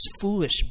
foolish